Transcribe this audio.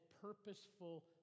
purposeful